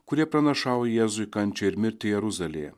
kurie pranašauja jėzui kančią ir mirtį jeruzalėje